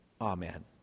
amen